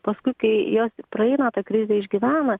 paskui kai jos praeina tą krizę išgyvena